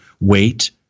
wait